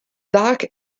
dark